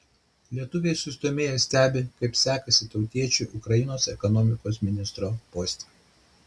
lietuviai susidomėję stebi kaip sekasi tautiečiui ukrainos ekonomikos ministro poste